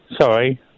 Sorry